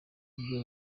niryo